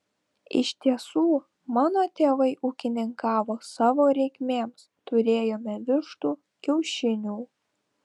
iš tiesų mano tėvai ūkininkavo savo reikmėms turėjome vištų kiaušinių